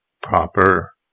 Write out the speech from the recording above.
proper